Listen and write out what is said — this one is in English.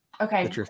Okay